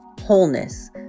wholeness